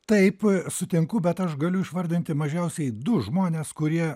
taip sutinku bet aš galiu išvardinti mažiausiai du žmones kurie